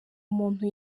umuntu